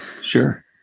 sure